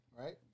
right